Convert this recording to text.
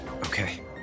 Okay